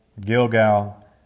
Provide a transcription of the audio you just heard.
Gilgal